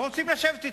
לא רוצים לשבת אתכם.